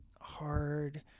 hard